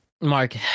Mark